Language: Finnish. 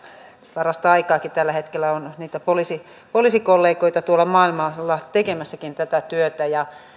parasta aikaakin tällä hetkellä on niitä poliisikollegoita tuolla maailmalla tekemässä tätä työtä ja näihin kokemuksiin